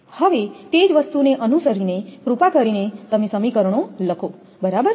હવે તે જ વસ્તુને અનુસરીને કૃપા કરીને તમે સમીકરણો લખો બરાબર